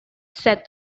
said